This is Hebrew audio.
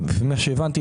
לפי מה שהבנתי,